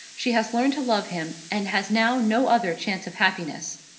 she has learned to love him, and has now no other chance of happiness.